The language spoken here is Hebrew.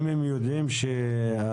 אין שום הסבר אחר.